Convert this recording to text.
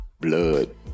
blood